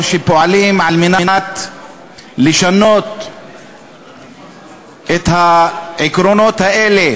או שפועלים על מנת לשנות את העקרונות האלה,